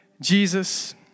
Jesus